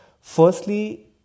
Firstly